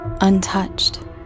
untouched